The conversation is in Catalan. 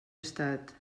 estat